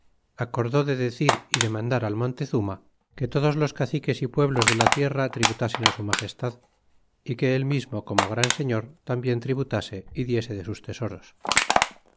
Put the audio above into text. acordó de decir y demandar al montezuma que todos los caciques y pueblos de la tierra tributasen á su magestad y que el mismo como gran señor tambien tributase é diese de sus tesoros